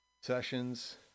sessions